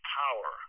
power